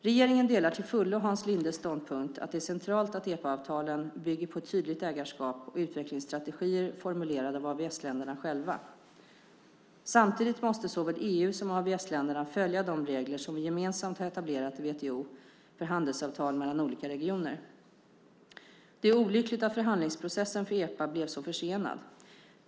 Regeringen delar till fullo Hans Lindes ståndpunkt att det är centralt att EPA-avtalen bygger på ett tydligt ägarskap och utvecklingsstrategier formulerade av AVS-länderna själva. Samtidigt måste såväl EU som AVS-länderna följa de regler som vi gemensamt har etablerat i WTO för handelsavtal mellan olika regioner. Det är olyckligt att förhandlingsprocessen för EPA blev så försenad.